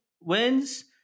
wins